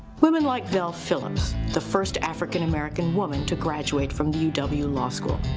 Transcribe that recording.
women like vel phillips, the first african american woman to graduate from the uw and the uw law school,